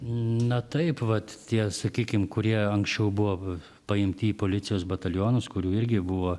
na taip vat tie sakykim kurie anksčiau buvo paimti į policijos batalionus kurių irgi buvo